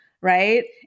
right